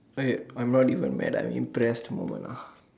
okay I'm not even mad I'm impressed moment ah